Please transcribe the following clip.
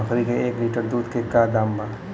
बकरी के एक लीटर दूध के का दाम बा?